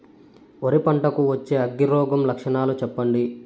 వరి పంట కు వచ్చే అగ్గి రోగం లక్షణాలు చెప్పండి?